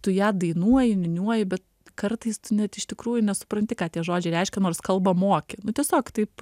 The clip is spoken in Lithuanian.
tu ją dainuoji niūniuoji bet kartais tu net iš tikrųjų nesupranti ką tie žodžiai reiškia nors kalbą moki nu tiesiog taip